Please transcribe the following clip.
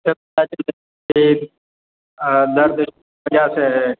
आ दर्द वजह से है